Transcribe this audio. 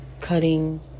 cutting